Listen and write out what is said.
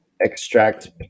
extract